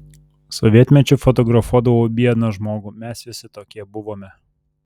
sovietmečiu fotografuodavau biedną žmogų mes visi tokie buvome